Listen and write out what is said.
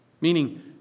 Meaning